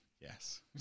yes